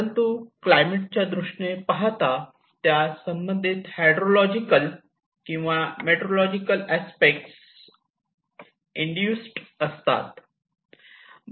परंतु क्लायमेट दृष्टीने पाहता त्या संबंधित हायड्रो लॉजिकल किंवा मेट्रोलॉजिकल अस्पेक्ट इन्दूसिड असतात